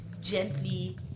gently